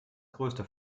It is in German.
größte